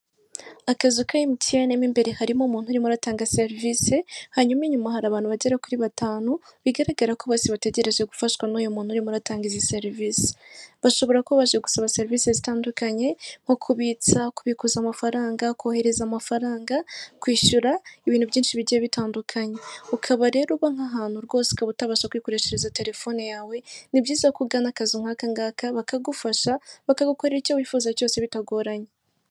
Akazu ka MTN mu imbere harimo umuntu urimo uratanga serivisi, hanyuma inyuma hari abantu bagera kuri batanu bigaragara ko bose bategereje gufashwa n'uyu muntu urimo uratanga izi serivisi, bashobora kuba baje gusaba serivisi zitandukanye nko kubitsa, kubikuza amafaranga, kohereza amafaranga, kwishyura ibintu byinshi bigiye bitandukanye, ukaba rero uba nk'ahantu rwose ukaba utabasha kwikoreshereza telefone yawe, ni byiza ko ugana akazi nk'aka ngaka bakagufasha, bakagukora icyo wifuza cyose bitagoranye.